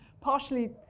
partially